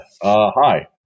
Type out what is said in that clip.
hi